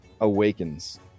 awakens